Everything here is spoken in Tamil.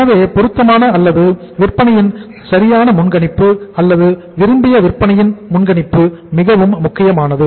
எனவே பொருத்தமான அல்லது விற்பனையின் சரியான முன்கணிப்பு அல்லது விரும்பிய விற்பனையின் முன்கணிப்பு மிகவும் முக்கியமானது